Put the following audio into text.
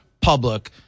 public